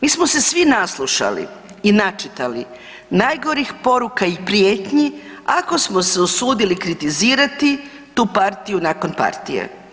Mi smo se vi naslušali i načitali najgorih poruka i prijetnji ako smo se usudili kritizirati tu partiju nakon partije.